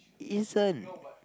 listen